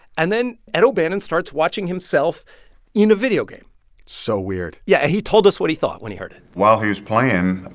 and then ed o'bannon starts watching himself in a video game so weird yeah. he told us what he thought when he heard it while he was playing,